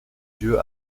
yeux